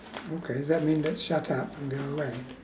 okay does that mean that shut up and go away